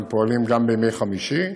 הם פועלים גם בימי חמישי,